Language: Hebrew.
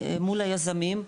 מול היזמים.